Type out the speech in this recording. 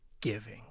giving